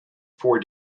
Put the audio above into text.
for